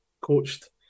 coached